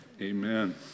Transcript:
amen